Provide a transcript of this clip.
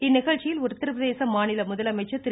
இந்நிகழ்ச்சியில் உத்தரப்பிரதேச மாநில முதலமைச்சர் திரு